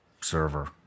server